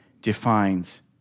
defines